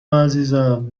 عزیزم